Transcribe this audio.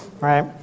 right